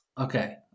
okay